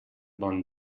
bon